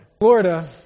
Florida